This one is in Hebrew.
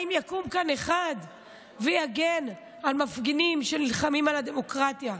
האם יקום כאן אחד ויגן על מפגינים שנלחמים על הדמוקרטיה?